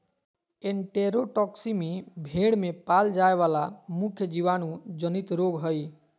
enterotoxaemia भेड़ में पाल जाय वला मुख्य जीवाणु जनित रोग हइ